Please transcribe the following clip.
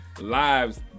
lives